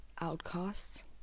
outcasts